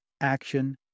action